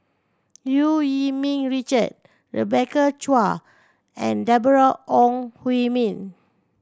Eu Yee Ming Richard Rebecca Chua and Deborah Ong Hui Min